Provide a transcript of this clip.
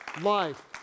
life